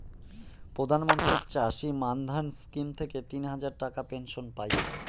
প্রধান মন্ত্রী চাষী মান্ধান স্কিম থেকে তিন হাজার টাকার পেনশন পাই